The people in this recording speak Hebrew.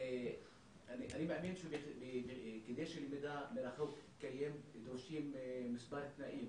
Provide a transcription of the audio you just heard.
אני מאמין שכדי שלמידה מרחוק תתקיים דרושים מספר תנאים,